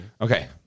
Okay